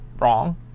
wrong